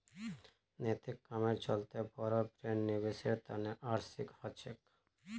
नैतिक कामेर चलते बोरो ब्रैंड निवेशेर तने आकर्षित ह छेक